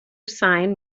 sign